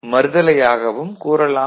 மறுதலையாகவும் கூறலாம்